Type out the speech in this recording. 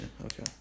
Okay